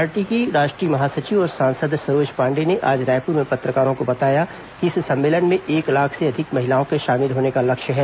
party की राष्ट्रीय महासचिव और सांसद सरोज पांडेय ने आज रायपुर में पत्रकारों को बताया कि इस सम्मेलन में एक लाख से अधिक महिलाओं के शामिल होने का लक्ष्य है